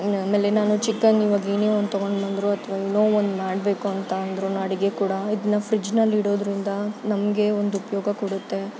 ಇನ್ನು ಆಮೇಲೆ ನಾನು ಚಿಕ್ಕವ್ನಿರುವಾಗ ಏನೇ ಒಂದು ತೊಗೊಂಡು ಬಂದರೂ ಅಥವಾ ಏನೋ ಒಂದು ಮಾಡಬೇಕು ಅಂತ ಅಂದ್ರು ಅಡುಗೆ ಕೂಡ ಇದನ್ನ ಫ್ರಿಜ್ನಲ್ಲಿ ಇಡೋದರಿಂದ ನಮಗೆ ಒಂದು ಉಪಯೋಗ ಕೊಡುತ್ತೆ